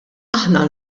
aħna